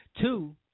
Two